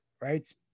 right